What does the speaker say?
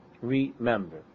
Re-member